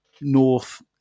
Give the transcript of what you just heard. north